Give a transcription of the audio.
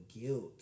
guilt